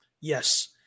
Yes